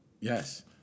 Yes